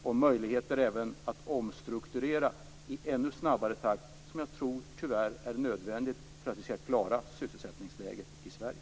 Är man beredd att även ge möjligheter att omstrukturera i ännu snabbare takt? Jag tror att det tyvärr är nödvändigt för att vi skall klara sysselsättningen i Sverige.